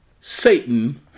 Satan